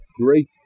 great